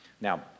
Now